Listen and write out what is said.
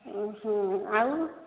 ଓଃ ଆଉ